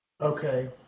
Okay